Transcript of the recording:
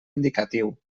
indicatiu